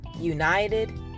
united